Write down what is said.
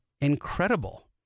incredible